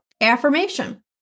affirmation